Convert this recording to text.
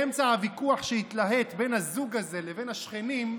באמצע הוויכוח שהתלהט בין הזוג הזה לבין השכנים,